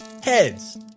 Heads